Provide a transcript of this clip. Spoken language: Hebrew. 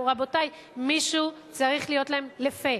רבותי, מישהו צריך להיות להם לפה.